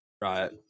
Right